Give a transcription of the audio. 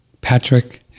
patrick